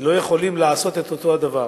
לא יכולים לעשות את אותו הדבר,